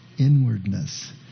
inwardness